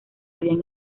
habían